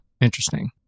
interesting